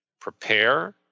prepare